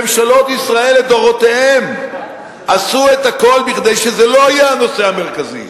ממשלות ישראל לדורותיהן עשו את הכול כדי שזה לא יהיה הנושא המרכזי.